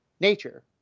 nature